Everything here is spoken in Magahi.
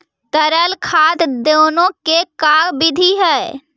तरल खाद देने के का बिधि है?